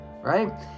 right